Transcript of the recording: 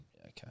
Okay